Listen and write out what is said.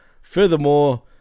furthermore